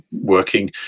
working